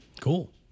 Cool